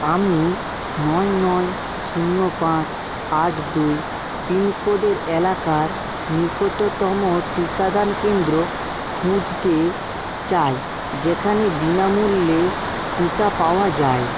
আমি নয় নয় শূন্য পাঁচ আট দুই পিনকোডের এলাকার নিকটতম টিকাদান কেন্দ্র খুঁজতে চাই যেখানে বিনামূল্যে টিকা পাওয়া যায়